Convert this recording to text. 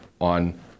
on